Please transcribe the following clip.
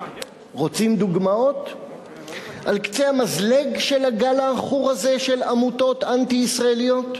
רוצים דוגמאות על קצה המזלג של הגל העכור הזה של עמותות אנטי-ישראליות?